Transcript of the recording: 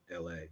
LA